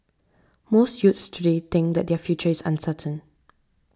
most youths today think that their future is uncertain